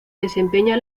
desempeña